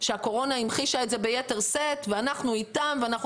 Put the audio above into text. שהקורונה המחישה את זה ביתר שאת ו'אנחנו איתם ואנחנו